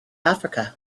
africa